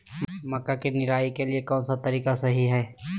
मक्का के निराई के लिए कौन सा तरीका सही है?